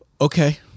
Okay